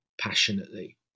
passionately